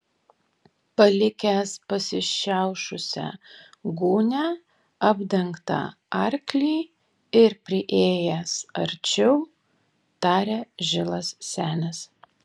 palikęs pasišiaušusią gūnią apdengtą arklį ir priėjęs arčiau tarė žilas senis